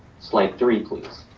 slide three, please.